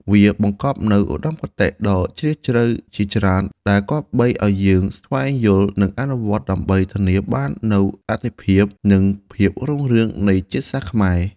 វាបង្កប់នូវឧត្តមគតិដ៏ជ្រាលជ្រៅជាច្រើន ដែលគប្បីឱ្យយើងស្វែងយល់ និងអនុវត្តដើម្បីធានាបាននូវអត្ថិភាព និងភាពរុងរឿងនៃជាតិសាសន៍ខ្មែរ។